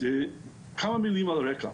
כמה מילים על הרקע